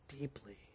deeply